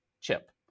chip